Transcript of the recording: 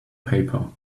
paper